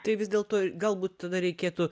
tai vis dėlto galbūt tada reikėtų